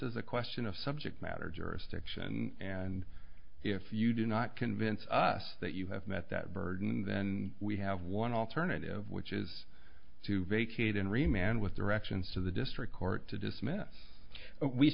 is a question of subject matter jurisdiction and if you do not convince us that you have met that burden then we have one alternative which is to vacate in ri man with directions to the district court to dismiss we